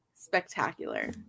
spectacular